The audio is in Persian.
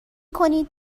کنید